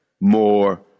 more